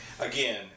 Again